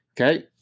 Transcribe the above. Okay